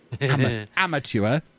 amateur